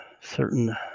certain